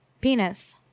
Penis